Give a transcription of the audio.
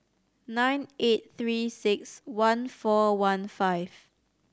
nine eight Three Six One four one five